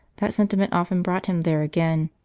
that sentiment often brought him there again,